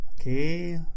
Okay